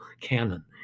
canon